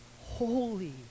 holy